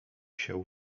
się